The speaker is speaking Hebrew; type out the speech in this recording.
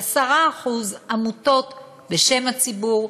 10% עמותות בשם הציבור,